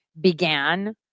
began